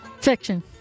Fiction